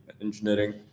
engineering